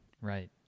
right